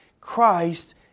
Christ